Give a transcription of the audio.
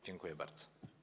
Dziękuję bardzo.